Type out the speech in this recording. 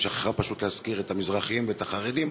היא שכחה פשוט להזכיר את המזרחים ואת החרדים,